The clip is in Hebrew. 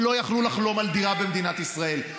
שלא יכלו לחלום על דירה במדינת ישראל,